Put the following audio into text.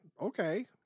okay